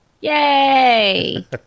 yay